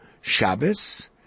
Shabbos